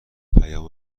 پیام